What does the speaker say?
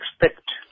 expect